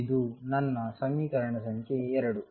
ಇದು ನನ್ನ ಸಮೀಕರಣ ಸಂಖ್ಯೆ 2